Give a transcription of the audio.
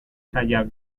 sailak